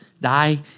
die